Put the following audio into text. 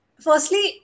firstly